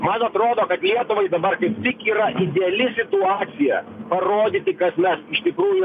man atrodo kad lietuvai dabar tik yra ideali situacija parodyti kas mes iš tikrųjų